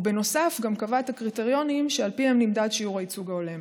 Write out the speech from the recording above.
ובנוסף קבע גם את הקריטריונים שעל פיהם נמדד שיעור הייצוג ההולם.